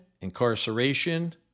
incarceration